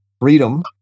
Freedom